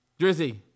Drizzy